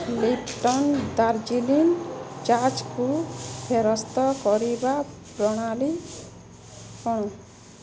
Lipton Darjeeling ଚାକୁ ଫେରସ୍ତ କରିବାର ପ୍ରଣାଳୀ କ'ଣ